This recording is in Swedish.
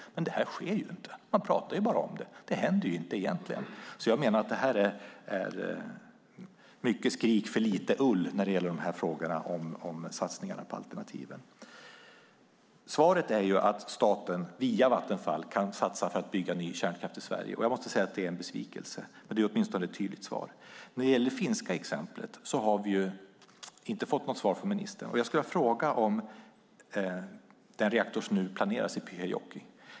Men det sker inte. Man pratar bara om det. Det händer egentligen inte. Det är mycket skrik för lite ull när det gäller satsningarna på alternativen. Svaret är att staten via Vattenfall kan satsa på att bygga ny kärnkraft i Sverige. Det är en besvikelse, men det är åtminstone ett tydligt svar. När det gäller det finska exemplet har vi inte fått något svar från ministern. Jag har en fråga om den reaktor som nu planeras i Pyhäjoki.